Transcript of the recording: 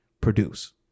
produce